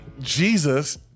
Jesus